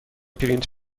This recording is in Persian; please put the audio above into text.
پرینت